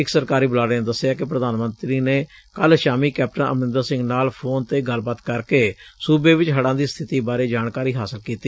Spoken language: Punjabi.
ਇਕ ਸਰਕਾਰੀ ਬੁਲਾਰੇ ਨੇ ਦੱਸਿਐ ਕਿ ਪ੍ਧਾਨ ਮੰਤਰੀ ਨੇ ਕੱਲ੍ ਸ਼ਾਮੀ ਕੈਪਟਨ ਅਮਰੰਦਰ ਸਿੰਘ ਨਾਲ ਫੋਨ ਤੇ ਗੱਲਬਾਤ ਕਰਕੇ ਸੁਬੇ ਵਿੱਚ ਹੜਾਂ ਦੀ ਸਥਿਤੀ ਬਾਰੇ ਜਾਣਕਾਰੀ ਹਾਸਲ ਕੀਤੀ